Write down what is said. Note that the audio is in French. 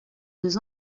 deux